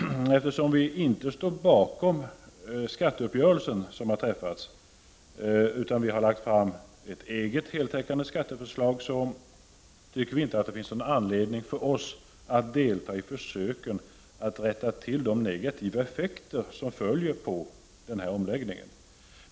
Eftersom vi inte står bakom den skatteuppgörelse som har träffats, utan har lagt fram ett eget heltäckande skatteförslag, tycker vi inte att det finns någon anledning för oss att delta i försöken att rätta till de negativa effekter som följer på denna omläggning.